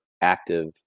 active